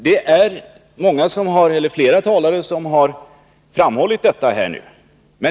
Det är flera talare som har framhållit detta.